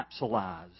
capsulized